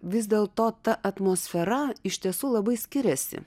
vis dėl to ta atmosfera iš tiesų labai skiriasi